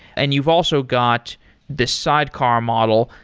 and you've also got the sidecar model.